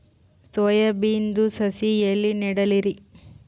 Soya ಬಿನದು ಸಸಿ ಎಲ್ಲಿ ನೆಡಲಿರಿ?